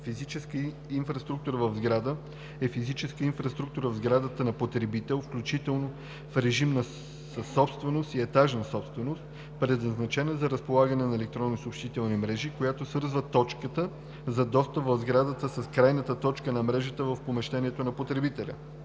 „Физическа инфраструктура в сграда“ е физическа инфраструктура в сградата на потребител, включително в режим на съсобственост и етажна собственост, предназначена за разполагане на електронни съобщителни мрежи, която свързва точката за достъп в сградата с крайната точка на мрежата в помещение на потребителя.